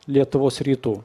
lietuvos ryto